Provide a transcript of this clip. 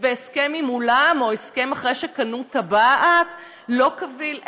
והסכם עם אולם, או הסכם אחרי שקנו טבעת, לא קביל?